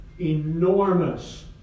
enormous